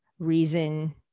Reason